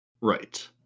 Right